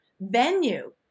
venue